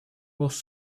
was